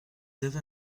avez